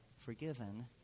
forgiven